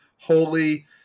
Holy